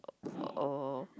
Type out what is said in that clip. oh oh